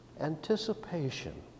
Anticipation